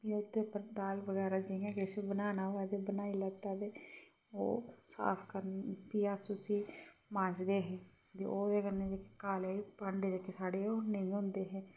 फ्ही ओह्दे उप्पर दाल बगैरा जियां किश बनाना होऐ ते बनाई लैता ते ओह् साफ करन फ्ही अस उसी मांजदे हे ओह्दे कन्नै काले भांडे जेह्के साढ़े ओह् नेईं होंदे हे